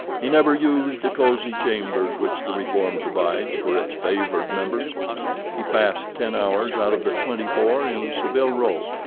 he never used the cosy chambers which the reform provides for its favoured members he passed ten hours out of the twenty-four in saville row,